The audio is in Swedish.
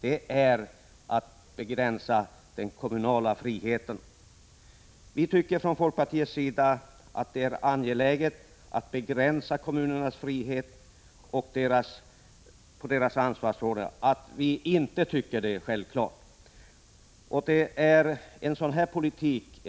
Det är att begränsa den kommunala självbestämmanderätten. Vi från folkpartiets sida anser det angeläget att framhålla att vi inte tycker att det är självklart att begränsningar skall göras i kommunernas frihet och på deras ansvarsområden. Den politik